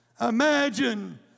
Imagine